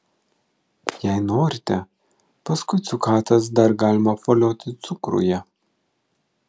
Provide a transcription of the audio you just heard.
jei norite paskui cukatas dar galima apvolioti cukruje